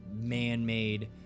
man-made